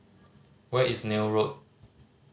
where is Neil Road